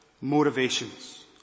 motivations